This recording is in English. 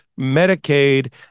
Medicaid